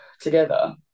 together